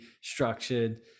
structured